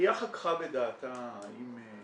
מחלקת הרווחה בחיפה חככה בדעתה האם לקחת